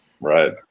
Right